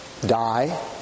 die